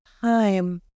time